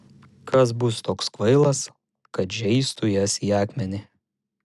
kas bus toks kvailas kad žeistų jas į akmenį